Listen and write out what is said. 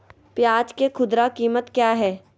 प्याज के खुदरा कीमत क्या है?